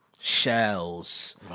Shells